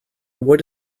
what